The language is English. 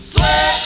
Sweat